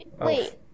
Wait